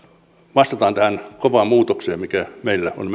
vastataan tähän kovaan muutokseen mikä meillä on